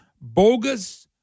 Bogus